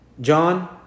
John